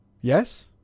Yes